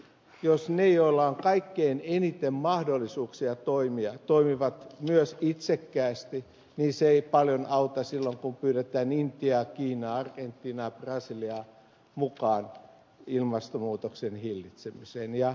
jos ne joilla on kaikkein eniten mahdollisuuksia toimia toimivat myös itsekkäästi niin se ei paljon auta silloin kun pyydetään intiaa kiinaa argentiinaa brasiliaa mukaan ilmastonmuutoksen hillitsemiseen ja